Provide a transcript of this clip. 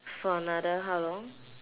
for another how long